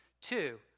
Two